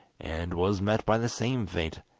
and was met by the same fate,